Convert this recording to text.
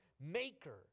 maker